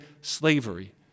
slavery